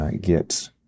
get